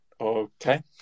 Okay